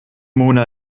mona